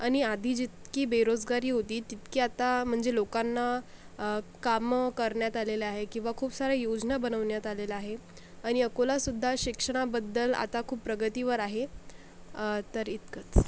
आणि आधी जितकी बेरोजगारी होती तितकी आता म्हणजे लोकांना कामं करण्यात आलेलं आहे किंवा खूप साऱ्या योजना बनवण्यात आलेल्या आहे आणि अकोलासुद्धा शिक्षणाबद्दल आता खूप प्रगतीवर आहे